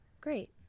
Great